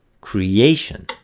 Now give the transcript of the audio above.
Creation